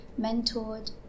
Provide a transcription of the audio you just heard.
mentored